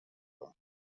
war